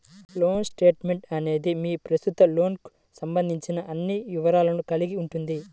loan statement అనేది మీ ప్రస్తుత లోన్కు సంబంధించిన అన్ని వివరాలను కలిగి ఉంటుంది